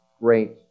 great